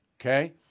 Okay